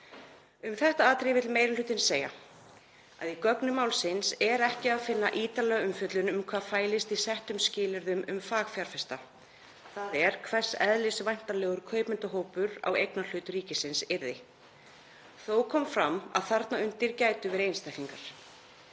Um þetta atriði vill meiri hlutinn segja að í gögnum málsins er ekki að finna ítarlega umfjöllun um hvað fælist í settum skilyrðum um fagfjárfesta, þ.e. hvers eðlis væntanlegur kaupendahópur á eignarhlut ríkisins yrði. Þó kom fram að þarna undir gætu verið einstaklingar.